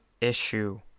issue